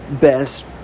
best